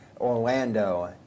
Orlando